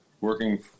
working